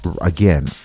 again